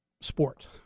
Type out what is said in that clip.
sport